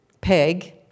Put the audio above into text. Peg